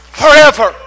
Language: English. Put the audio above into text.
forever